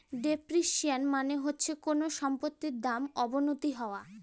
depreciation মানে হচ্ছে কোনো সম্পত্তির দাম অবনতি হওয়া